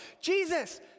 Jesus